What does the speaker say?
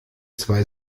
zwei